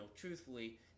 truthfully